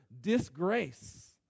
disgrace